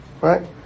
right